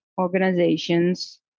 organizations